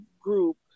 group